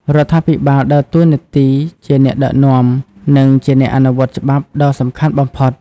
រដ្ឋាភិបាលដើរតួនាទីជាអ្នកដឹកនាំ និងជាអ្នកអនុវត្តច្បាប់ដ៏សំខាន់បំផុត។